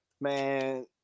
Man